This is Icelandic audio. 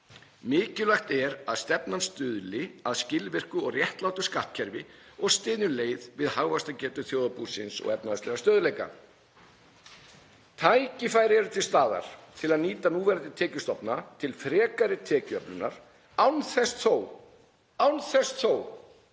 Mikilvægt er að stefnan stuðli að skilvirku og réttlátu skattkerfi og styðji um leið við hagvaxtargetu þjóðarbúsins og efnahagslegan stöðugleika. Tækifæri eru til staðar til að nýta núverandi tekjustofna til frekari tekjuöflunar, án þess þó